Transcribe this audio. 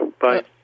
Bye